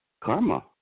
karma